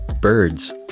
Birds